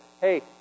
hey